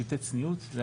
שלטי צניעות.